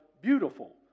beautiful